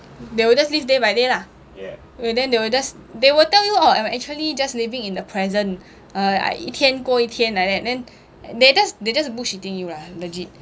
they will just live day by day lah then they will just they will tell you oh I'm actually just living in the present uh I 一天过一天 like that then they just they just bullshitting you lah legit